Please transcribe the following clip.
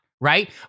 right